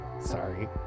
Sorry